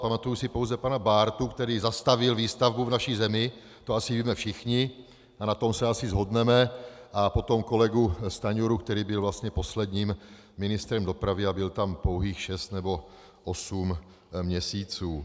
Pamatuji si pouze pana Bártu, který zastavil výstavbu v naší zemi to asi víme všichni a na tom se asi shodneme a potom kolegu Stanjuru, který byl vlastně posledním ministrem dopravy a byl tam pouhých šest nebo osm měsíců.